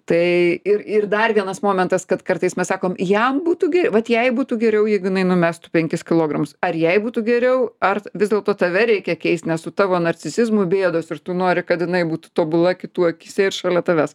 tai ir ir dar vienas momentas kad kartais mes sakom jam būtų gi vat jai būtų geriau jeigu jinai numestų penkis kilogramus ar jai tu geriau ar vis dėlto tave reikia keist nes su tavo narcisizmu bėdos ir tu nori kad jinai būtų tobula kitų akyse ir šalia tavęs